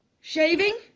Shaving